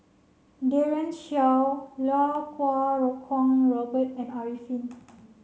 Daren Shiau Iau Kuo Kwong Robert and Arifin